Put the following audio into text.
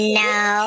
no